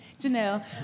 Janelle